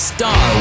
Star